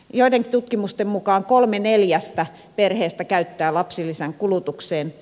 joidenkin tutkimusten mukaan kolme neljästä perheestä käyttää lapsilisän kulutukseen